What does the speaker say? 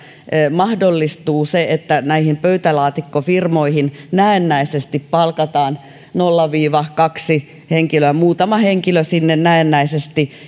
mahdollistuu se että näihin pöytälaatikkofirmoihin näennäisesti palkataan nolla viiva kaksi henkilöä muutama henkilö sinne näennäisesti